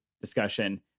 discussion